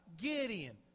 Gideon